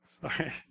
Sorry